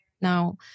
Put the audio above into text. now